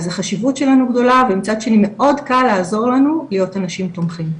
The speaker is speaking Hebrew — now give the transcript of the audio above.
אז החשיבות שלנו גדולה ומצד שני מאוד קל לעזור לנו להיות אנשים תומכים,